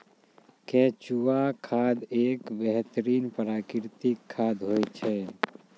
केंचुआ खाद एक बेहतरीन प्राकृतिक खाद होय छै